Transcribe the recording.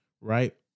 Right